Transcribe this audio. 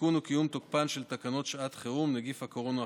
לתיקון וקיום תוקפן של תקנות שעת חירום (נגיף הקורונה החדש,